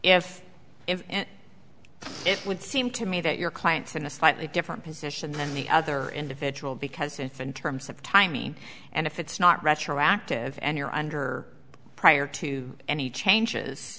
if if it would seem to me that your client's in a slightly different position than the other individual because if in terms of timing and if it's not retroactive and you're under prior to any changes